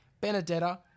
Benedetta